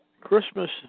Christmas